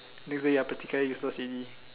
next day you are particularly useless already